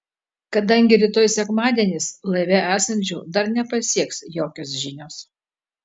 kadangi rytoj sekmadienis laive esančių dar nepasieks jokios žinios